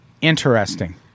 interesting